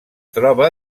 troba